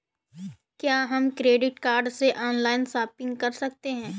क्या हम credit card से ऑनलाइन शॉपिंग कर सकते हैं?